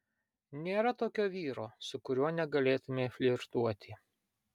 nėra tokio vyro su kuriuo negalėtumei flirtuoti